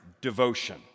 devotion